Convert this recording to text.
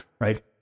right